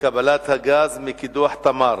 קבלת הגז מקידוח "תמר".